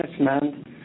management